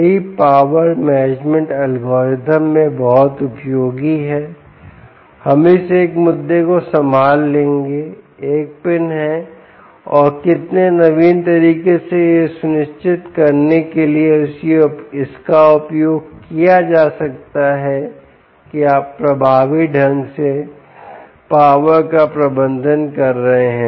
कई power management algorithm में बहुत उपयोगी है हम इस एक मुद्दे को संभाल लेंगे एक पिन है और कितने नवीन तरीके से यह सुनिश्चित करने के लिए इसका उपयोग किया जा सकता है कि आप प्रभावी ढंग से पावर का प्रबंधन कर रहे हैं